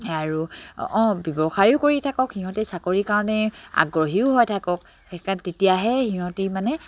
আৰু অঁ ব্যৱসায়ো কৰি থাকক সিহঁতে চাকৰিৰ কাৰণে আগ্ৰহীও হৈ থাকক তেতিয়াহে সিহঁতি মানে